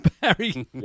Barry